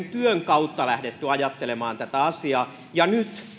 kautta lähdetty ajattelemaan tätä asiaa ja nyt